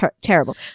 terrible